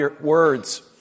words